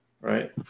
right